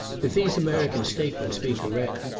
if these american statements be correct,